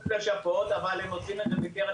הם אמורים לשפות והם עושים את זה מקרן